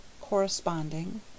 corresponding